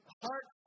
heart